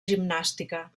gimnàstica